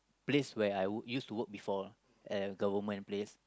place where I work used to work before at old time place